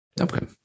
Okay